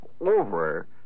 over